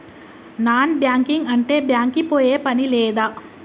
Non banking అంటే bank కి పోయే పని లేదా?